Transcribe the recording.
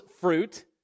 fruit